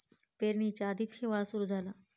पेरणीच्या आधीच हिवाळा सुरू झाला